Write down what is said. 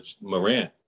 Moran